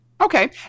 Okay